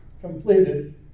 completed